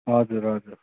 हजुर हजुर